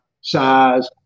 size